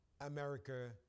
America